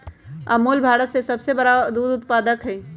अमूल भारत में सबसे बड़ा दूध उत्पादक हई